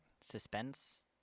Suspense